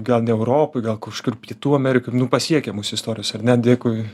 gal ne europoj gal kažkur pietų amerikoj nu pasiekia mus istorijos ar ne dėkui